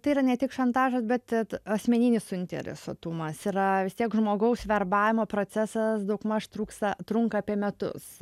tai yra ne tik šantažas bet asmeninis suinteresuotumas yra vis tiek žmogaus verbavimo procesas daugmaž trūksta trunka apie metus